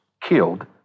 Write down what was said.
killed